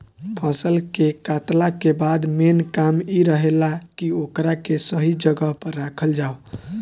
फसल के कातला के बाद मेन काम इ रहेला की ओकरा के सही जगह पर राखल जाव